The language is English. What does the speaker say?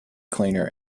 cleaner